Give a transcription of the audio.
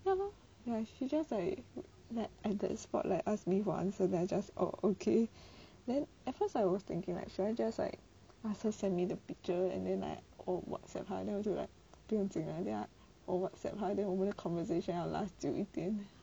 ya lor ya she just like that at that spotlight ask me for answer then I just oh okay then at first I was thinking like should I just like ask her send me the picture and then like or whatsapp 他 then 我就 like 不用紧啦等一下我 whatsapp 他 then 我们的 conversation 要 last 久一点